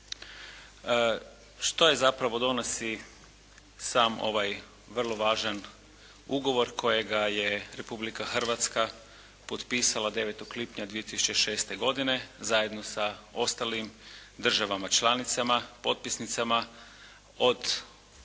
Što je zapravo donosi sam ovaj vrlo važan ugovor kojega je Republika Hrvatska potpisala 9. lipnja 2006. godine zajedno sa ostalim državama članicama, potpisnicama od u